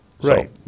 Right